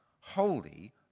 Holy